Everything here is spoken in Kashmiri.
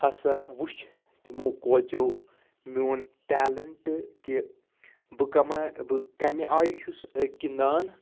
ہَسا وٕچھ تِمو کوچو میون ٹیلَنٛٹ کہ بہٕ کَمہ کَمہِ آیہِ چھُس گِنٛدان